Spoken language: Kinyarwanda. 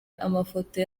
amafoto